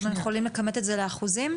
אנחנו יכולים לכמת את זה לאחוזים?